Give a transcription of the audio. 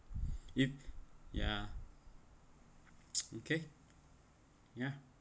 if ya okay ya